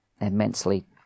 immensely